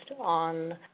on